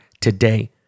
today